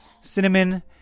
Cinnamon